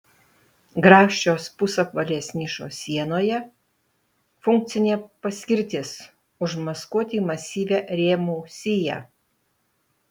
grakščios pusapvalės nišos sienoje funkcinė paskirtis užmaskuoti masyvią rėmų siją